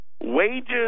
Wages